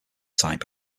type